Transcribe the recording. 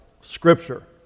Scripture